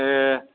ए